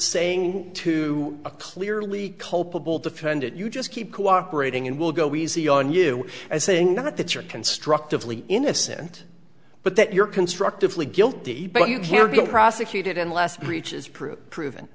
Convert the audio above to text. saying to a clearly culpable defendant you just keep cooperating and will go easy on you as saying not that you're constructively innocent but that you're constructively guilty but you can't be prosecuted unless breaches prove proven